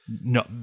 No